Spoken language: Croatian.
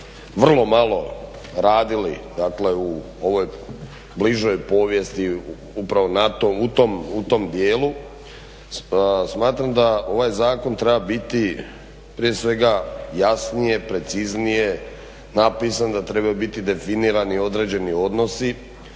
vrlo malo radili dakle u ovoj bližoj povijesti upravo u tom dijelu. Smatram da ovaj zakon treba biti prije svega jasnije, preciznije napisan, da trebaju biti definirani određeni odnosi,